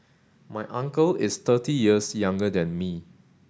my uncle is thirty years younger than me